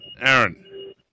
Aaron